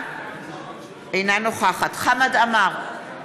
אינה נוכחת חמד עמאר,